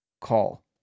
call